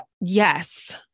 Yes